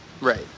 Right